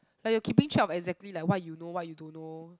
like you're keeping track of exactly like what you know what you don't know